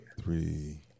Three